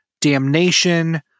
Damnation